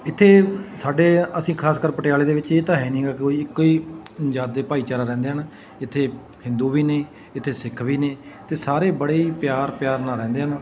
ਇੱਥੇ ਸਾਡੇ ਅਸੀਂ ਖਾਸ ਕਰ ਪਟਿਆਲੇ ਦੇ ਵਿੱਚ ਇਹ ਤਾਂ ਹੈ ਨੀਗਾ ਕੋਈ ਕੋਈ ਜਾਤ ਦੇ ਭਾਈਚਾਰਾ ਰਹਿੰਦੇ ਹਨ ਇੱਥੇ ਹਿੰਦੂ ਵੀ ਨੇ ਇੱਥੇ ਸਿੱਖ ਵੀ ਨੇ ਅਤੇ ਸਾਰੇ ਬੜੇ ਹੀ ਪਿਆਰ ਪਿਆਰ ਨਾਲ ਰਹਿੰਦੇ ਹਨ